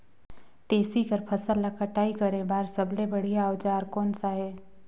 तेसी के फसल ला कटाई करे बार सबले बढ़िया औजार कोन सा हे?